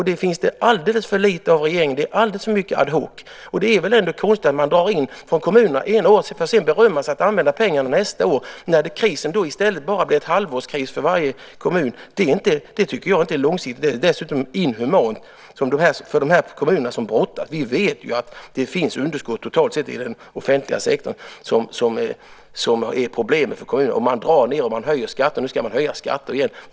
Det finns det alldeles för lite av från regeringen. Det är alldeles för mycket ad hoc . Det är väl ändå konstigt att man drar in från kommunerna ena året för att berömma sig för att använda pengarna nästa år när krisen bara blir ett halvårs kris för varje kommun. Det tycker jag inte är långsiktigt. Det är dessutom inhumant för de kommuner som brottas med problem. Vi vet ju att det finns underskott totalt sett i den offentliga sektorn som är problem för kommunerna. Man drar ned och man höjer skatter. Nu ska man höja skatten igen.